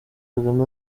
kagame